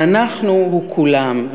ה"אנחנו" הוא כולם,